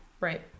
Right